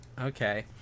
Okay